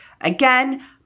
Again